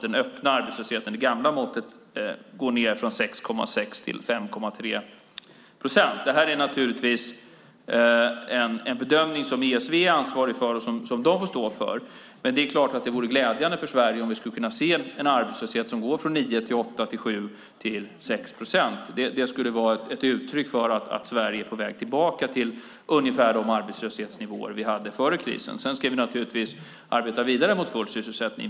Den öppna arbetslösheten med gamla måttet går ned från 6,6 till 5,3 procent. Det här är naturligtvis en bedömning som ESV är ansvarig för och som de får stå för, men det är klart att det vore glädjande för Sverige om vi kunde se en arbetslöshet som går från 9 till 8 till 7 till 6 procent. Det skulle vara ett uttryck för att Sverige är på väg tillbaka till ungefär de arbetslöshetsnivåer vi hade före krisen. Sedan ska vi naturligtvis arbeta vidare mot full sysselsättning.